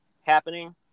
happening